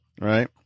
right